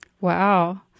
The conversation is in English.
wow